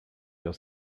aus